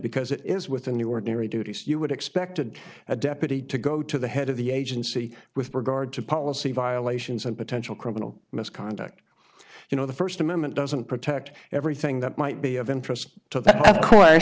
because it is within the ordinary duties you would expected a deputy to go to the head of the agency with regard to policy violations and potential criminal misconduct you know the first amendment doesn't protect everything that might be of interest to that of course